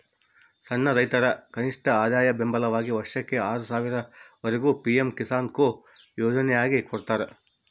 ಸಣ್ಣ ರೈತರ ಕನಿಷ್ಠಆದಾಯ ಬೆಂಬಲವಾಗಿ ವರ್ಷಕ್ಕೆ ಆರು ಸಾವಿರ ವರೆಗೆ ಪಿ ಎಂ ಕಿಸಾನ್ಕೊ ಯೋಜನ್ಯಾಗ ಕೊಡ್ತಾರ